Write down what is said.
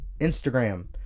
Instagram